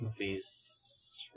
movies